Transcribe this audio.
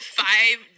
five